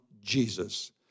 jesus